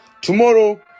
tomorrow